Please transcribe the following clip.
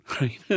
Right